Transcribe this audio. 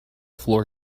floor